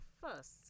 first